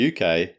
UK